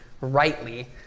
rightly